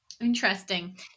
Interesting